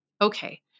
Okay